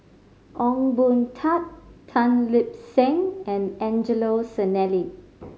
Ong Boon Tat Tan Lip Seng and Angelo Sanelli